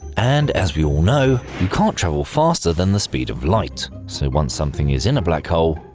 and as we all know, you can't travel faster than the speed of light, so once something is in a black hole,